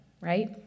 right